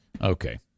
Okay